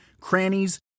crannies